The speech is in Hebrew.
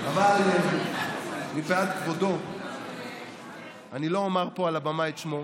אבל מפאת כבודו אני לא אומר פה על הבמה את שמו,